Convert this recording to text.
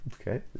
Okay